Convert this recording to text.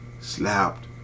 slapped